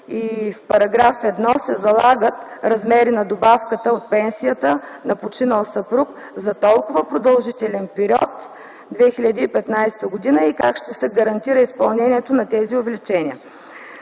и защо в § 1 се залагат размери на добавката от пенсията на починал съпруг за толкова продължителен период – 2015 г., и как ще се гарантира изпълнението на тези увеличения.